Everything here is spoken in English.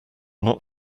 not